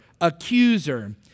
accuser